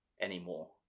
anymore